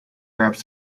perhaps